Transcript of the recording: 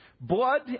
Blood